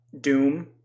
Doom